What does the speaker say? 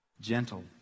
gentle